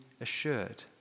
assured